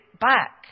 back